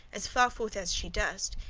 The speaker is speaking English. as farforth as she durst,